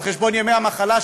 על חשבון ימי המחלה,